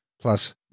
Plus